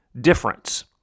difference